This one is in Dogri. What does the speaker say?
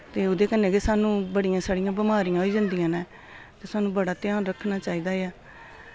ते ओह्दे कन्नै गै सानू बड़ियां सारियां बमारियां होई जन्दियां न सानू बड़ा ध्यान रक्खना चाहिदा ऐ